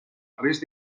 risc